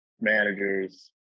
managers